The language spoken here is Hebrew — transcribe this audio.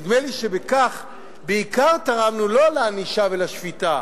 נדמה לי שבכך בעיקר תרמנו לא לענישה ולשפיטה,